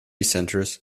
centers